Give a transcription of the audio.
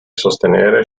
sostenere